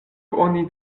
oni